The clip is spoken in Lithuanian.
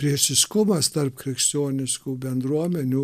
priešiškumas tarp krikščioniškų bendruomenių